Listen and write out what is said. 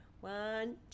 One